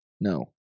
No